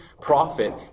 prophet